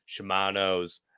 Shimano's